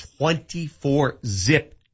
24-zip